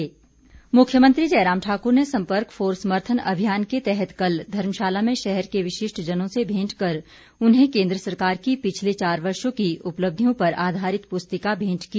मुख्यमंत्री भेंट मुख्यमंत्री जय राम ठाकुर ने संपर्क फॉर समर्थन अभियान के तहत कल धर्मशाला में शहर के विशिष्टजनों से भेंट कर उन्हें केन्द्र सरकार की पिछले चार वर्षों की उपलब्धियों पर आधारित पुस्तिका भेंट की